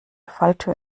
falltür